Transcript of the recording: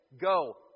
Go